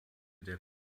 der